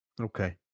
Okay